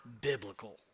biblical